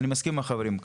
אני מסכים עם החברים כאן.